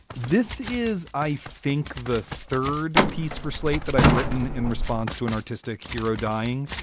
this is, i think, the third piece for slate that i've written in response to an artistic hero dying.